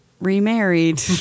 Remarried